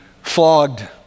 flogged